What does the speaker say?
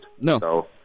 No